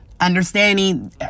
understanding